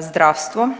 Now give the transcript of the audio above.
zdravstvo.